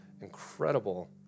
incredible